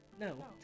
no